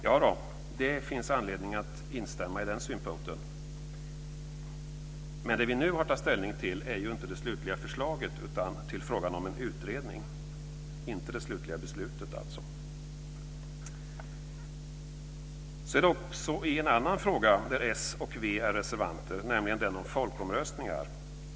Ja då, det finns anledning att instämma i den synpunkten, men det som vi nu har att ta ställning till är ju inte det slutliga avgörandet utan frågan om en utredning. Också i en annan fråga reserverar sig s och v, nämligen den som gäller folkomröstningar.